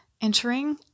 entering